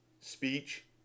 speech